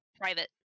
private